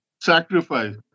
sacrifice